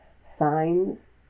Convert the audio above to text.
signs